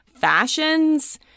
fashions